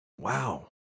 Wow